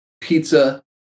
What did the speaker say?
pizza